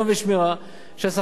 שהשכר שלהם הוא כל כך נמוך,